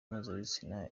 mpuzabitsina